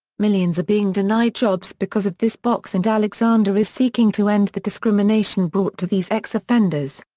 millions are being denied jobs because of this box and alexander is seeking to end the discrimination brought to these ex-offenders.